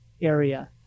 area